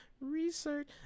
research